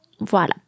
voilà